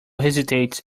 hesitates